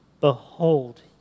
Behold